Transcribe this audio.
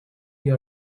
you